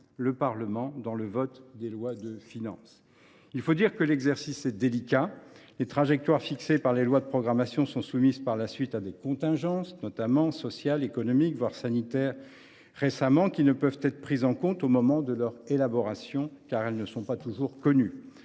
le Parlement dans le vote des lois de finances. Il faut dire que l’exercice est délicat. Les trajectoires fixées par les lois de programmation sont soumises par la suite à des contingences, notamment sociales, économiques, voire sanitaires récemment, qui ne peuvent être prises en compte au moment de leur élaboration, car elles ne sont pas toujours connues.